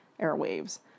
airwaves